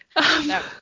no